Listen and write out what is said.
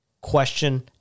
Question